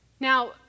Now